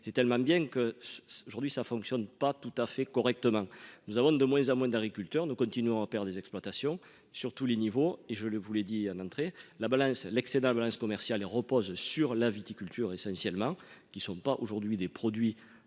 c'est tellement bien que, aujourd'hui, ça fonctionne pas tout à fait correctement, nous avons de moins en moins d'agriculteurs, nous continuons à faire des exploitations sur tous les niveaux, et je le voulais dit en entrée, la balance l'excédent balance commerciale et repose sur la viticulture, essentiellement, qui ne sont pas aujourd'hui des produits